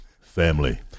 family